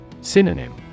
Synonym